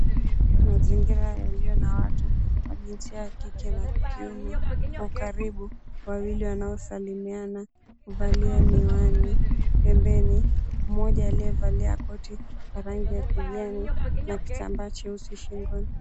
Mazingira yalio na watu wa jinsia ya kike na ya kiume, kwa ukaribu wawili wanaosalimiana, kuvalia miwani, pembeni mmoja aliyevalia koti ya rangi ya kijani na kitambaa cheusi shingoni.